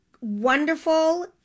wonderful